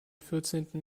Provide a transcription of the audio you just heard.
vierzehnten